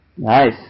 Nice